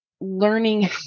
learning